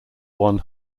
one